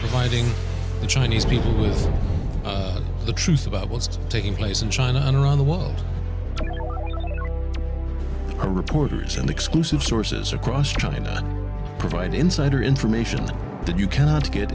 fighting the chinese people with the truth about what's taking place in china and around the world are reporters and exclusive sources across china provide insider information that you cannot get